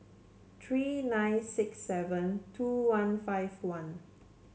three nine six seven two one five one